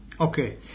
Okay